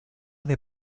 del